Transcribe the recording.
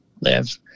live